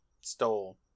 stole